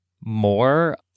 more